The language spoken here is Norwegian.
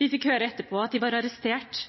Vi fikk høre etterpå at de var arrestert.